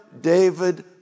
David